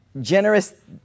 generous